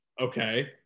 Okay